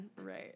right